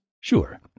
Sure